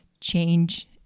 change